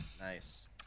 nice